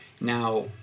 Now